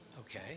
Okay